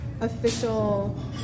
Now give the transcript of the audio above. official